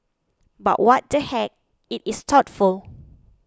but what the heck it is thoughtful